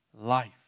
life